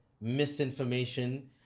misinformation